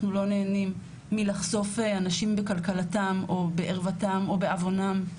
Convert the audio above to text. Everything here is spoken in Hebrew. אנחנו לא נהנים מלחשוף אנשים בקלקלתם או בערוותם או בעוונם,